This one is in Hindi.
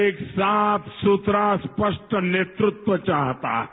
एक साफ सुथरा स्पष्ट नेतृत्व चाहता है